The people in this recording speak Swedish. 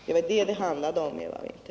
Det var det det handlade om, Eva Winther.